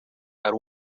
ari